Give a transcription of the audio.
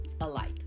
alike